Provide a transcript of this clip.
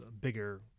bigger